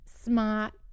smart